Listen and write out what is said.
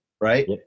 right